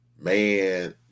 man